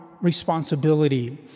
responsibility